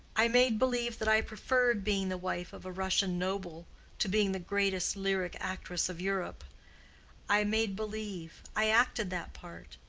i made believe that i preferred being the wife of a russian noble to being the greatest lyric actress of europe i made believe i acted that part.